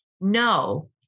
no